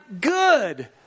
good